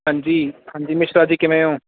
ਹਾਂਜੀ ਹਾਂਜੀ ਅਨੁਸ਼ਕਾ ਜੀ ਕਿਵੇਂ ਹੋ